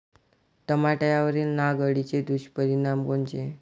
टमाट्यावरील नाग अळीचे दुष्परिणाम कोनचे?